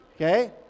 Okay